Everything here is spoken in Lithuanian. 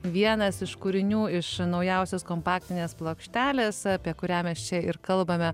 vienas iš kūrinių iš naujausios kompaktinės plokštelės apie kurią mes čia ir kalbame